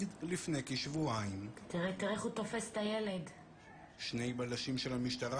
איך שפניתי ליושב ראש,